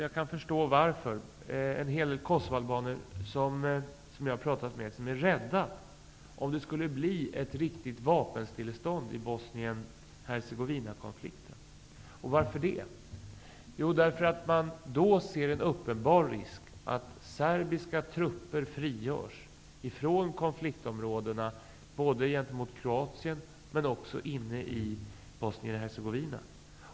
Jag har pratat med en hel del kosovoalbaner som tyvärr är rädda för att det skall bli ett riktigt vapenstillestånd i Bosnien-Hercegovinakonflikten. Jag kan förstå varför. Man ser en uppenbar risk för att serbiska styrkor då frigörs ifrån konfliktområden både mot Kroatien och inne i Bosnien-Hercegovina.